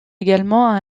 également